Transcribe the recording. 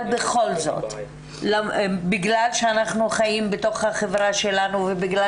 אבל בכל זאת בגלל שאנחנו חיים בתוך החברה שלנו ובגלל